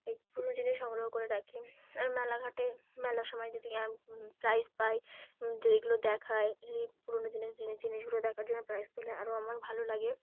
এই পুরনো জিনিস সংগ্রহ করে রাখি আর মেলাঘাটে মেলার সময় যদি আমি প্রাইজ পাই যদি এগুলো দেখায় যদি পুরনো জিনিস জিনিসগুলো দেখার জন্য প্রাইজ পেলে আরও আমার ভালো লাগে